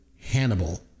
Hannibal